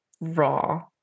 raw